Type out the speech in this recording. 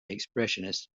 expressionist